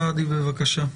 חבר הכנסת סעדי, בבקשה.